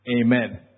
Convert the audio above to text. Amen